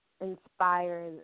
inspire